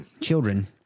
children